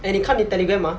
and 你看你 telegram ah